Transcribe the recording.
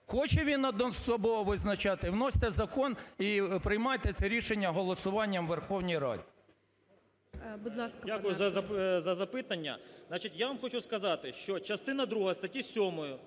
Хоче він одноособово визначати, вносьте закон і приймайте це рішення голосуванням у Верховній Раді.